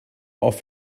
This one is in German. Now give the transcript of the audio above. auf